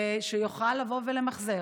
שיוכל לבוא ולמחזר?